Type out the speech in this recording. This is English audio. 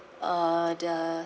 uh the